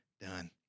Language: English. done